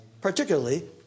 particularly